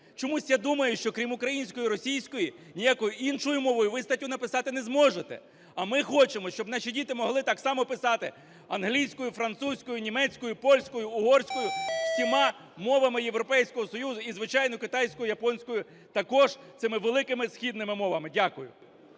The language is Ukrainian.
Чомусь я думаю, що крім української і російської, ніякою іншою мовою ви статтю написати не зможете. А ми хочемо, щоб наші діти могли так само писати англійською, французькою, німецькою, польською, угорською – всіма мовами Європейського Союзу, і, звичайно, китайською, японською також, цими великими східними мовами. Дякую.